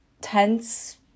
tense